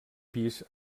pis